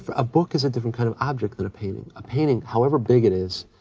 a book is a different kind of object than a painting. a painting, however big it is,